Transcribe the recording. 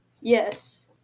Yes